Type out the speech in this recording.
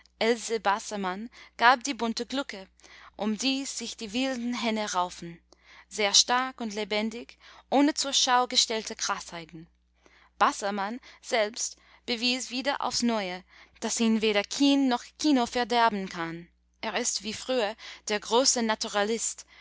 else bassermann gab die bunte glucke um die sich die wilden hähne raufen sehr stark und lebendig ohne zur schau gestellte kraßheiten bassermann selbst bewies wieder aufs neue daß ihn weder kean noch kino verderben kann er ist wie früher der große naturalist